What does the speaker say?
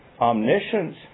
omniscience